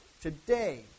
Today